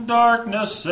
darkness